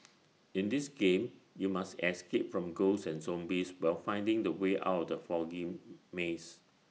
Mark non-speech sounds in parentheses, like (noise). (noise) in this game you must escape from ghosts and zombies while finding the way out the foggy maze